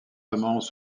amants